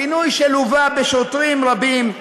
פינוי שלווה בשוטרים רבים,